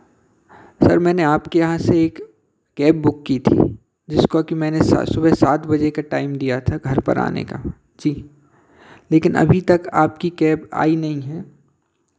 sir मैंने आपके यहाँ से एक कैब बुक की थी जिसको कि मैंने सा सुबह सात बजे का टाइम दिया था घर पर आने का जी लेकिन अभी तक आपकी कैब आई नहीं है